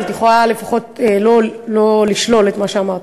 אבל את יכולה לפחות לא לשלול את מה שאמרתי.